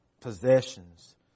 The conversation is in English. possessions